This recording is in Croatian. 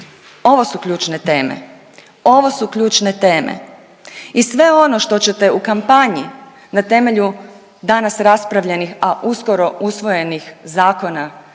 Ovo su ključne teme, ovo su ključne teme i sve ono što ćete u kampanji na temelju danas raspravljanih, a uskoro usvojenih zakona